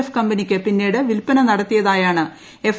F കമ്പനിക്ക് പിന്നീട് വിൽപ്പന നടത്തിയതായാണ് എഫ്